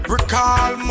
Recall